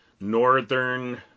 northern